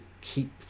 keep